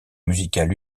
musical